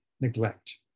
neglect